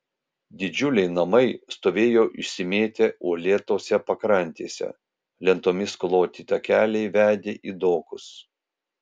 didžiuliai namai stovėjo išsimėtę uolėtose pakrantėse lentomis kloti takeliai vedė į dokus